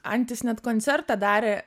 antis net koncertą darė